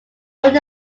word